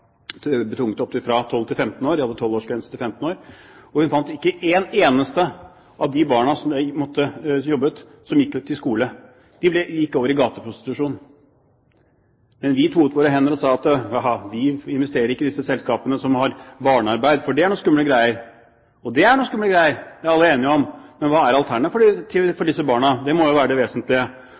til 15 år. De fant at ikke et eneste av de barna som jobbet, gikk ut i skole. De gikk over i gateprostitusjon. Men vi toet våre hender og sa: Vi investerer ikke i disse selskapene som har barnearbeid, for det er noen skumle greier. Og det er noen skumle greier, det er alle enige om. Men hva er alternativet for disse barna? Det må jo være det